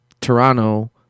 Toronto